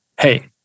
Hey